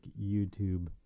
YouTube